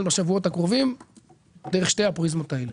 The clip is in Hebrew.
בשבועות הקרובים דרך שתי הפריזמות האלו.